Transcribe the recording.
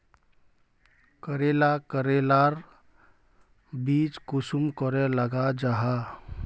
करेला करेलार बीज कुंसम करे लगा जाहा?